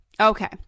Okay